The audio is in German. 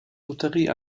lotterie